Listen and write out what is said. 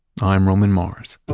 i'm roman mars